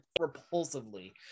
repulsively